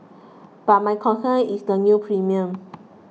but my concern is the new premiums